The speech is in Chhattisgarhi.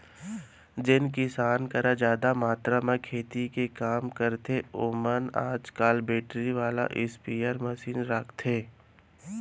जेन किसान करा जादा मातरा म खेती के काम रथे ओमन आज काल बेटरी वाला स्पेयर मसीन राखथें